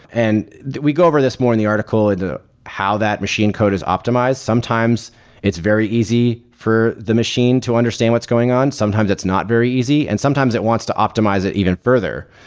and we go over this morning the article how that machine code is optimized. sometimes it's very easy for the machine to understand what's going on. sometimes it's not very easy, and sometimes it wants to optimize it even further.